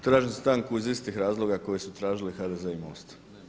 Tražim stanku iz istih razloga koji su tražili HDZ i MOST.